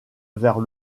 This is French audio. vers